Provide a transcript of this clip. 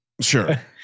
Sure